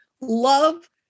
love